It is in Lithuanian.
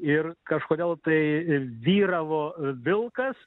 ir kažkodėl tai vyravo vilkas